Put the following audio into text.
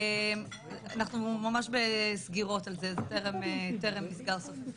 אנחנו ממש בסגירות על זה, זה טרם נסגר סופית.